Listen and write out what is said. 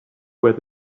where